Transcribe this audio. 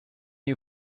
you